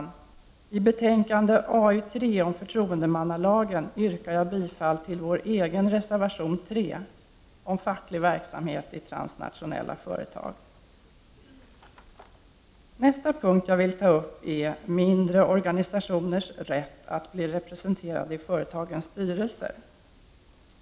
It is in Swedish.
När det gäller betänkande AU3 om förtroendemannalagen yrkar jag bifall till vår egen reservation nr 3, om facklig verksamhet i transnationella företag. Nästa punkt som jag vill ta upp är mindre organisationers rätt att bli representerade i företagens styrelser.